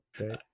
okay